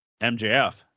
MJF